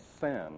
sin